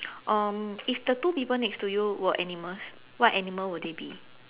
um if the two people next to you were animals what animal would they be